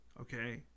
okay